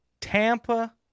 Tampa